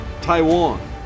Taiwan